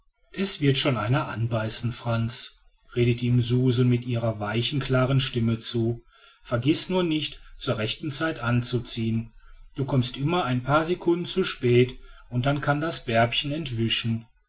es wird schon einer anbeißen frantz redete ihm suzel mit ihrer weichen klaren stimme zu vergiß nur nicht zur rechten zeit anzuziehen du kommst immer ein paar secunden zu spät und dann kann das bärbchen entwischen